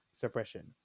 suppression